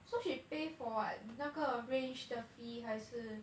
so she pay for what 那个 range 的 fee 还是